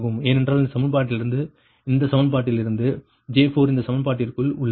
ஏனென்றால் இந்த சமன்பாட்டிலிருந்து இந்த சமன்பாட்டிலிருந்து J4 இந்த சமன்பாட்டிற்குள் உள்ளது